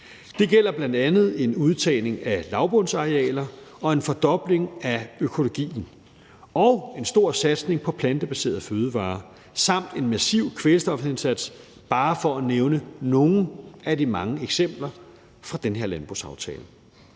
Det gælder bl.a. en udtagning af lavbundsarealer og en fordobling af økologien og en stor satsning på plantebaserede fødevarer samt en massiv kvælstofindsats – bare for at nævne nogle af de mange eksempler fra den her landbrugsaftale.